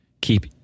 keep